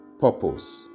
purpose